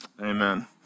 Amen